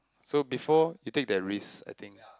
so before you take that risk I think